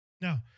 Now